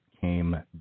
came